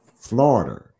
Florida